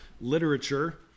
literature